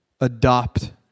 Adopt